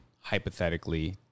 hypothetically